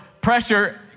pressure